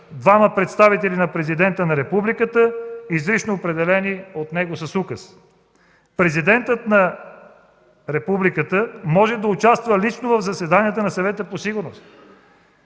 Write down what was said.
двама представители на Президента на Републиката, изрично определени от него с указ. Президентът на Републиката може да участва лично в заседанията на Съвета по сигурността.